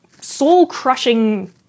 soul-crushing